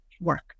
work